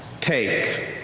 Take